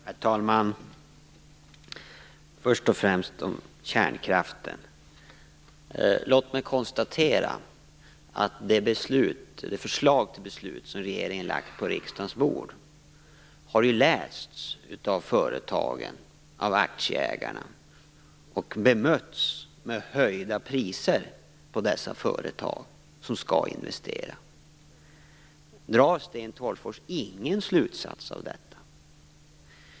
Herr talman! Låt mig först och främst konstatera när det gäller kärnkraften att det förslag till beslut som regeringen har lagt fram på riksdagens bord har lästs av företagen och av aktieägarna. Det har bemötts med höjda priser på de företag som skall investera. Drar Sten Tolgfors ingen slutsats av detta?